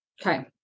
Okay